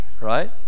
Right